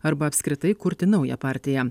arba apskritai kurti naują partiją